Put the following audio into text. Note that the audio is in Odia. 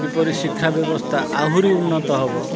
କିପରି ଶିକ୍ଷା ବ୍ୟବସ୍ଥା ଆହୁରି ଉନ୍ନତ ହବ